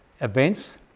events